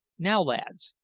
now, lads,